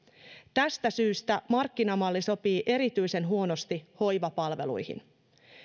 tästä syystä markkinamalli sopii erityisen huonosti hoivapalveluihin